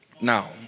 Now